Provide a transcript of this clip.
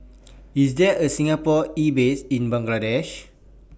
IS There A Singapore Embassy in Bangladesh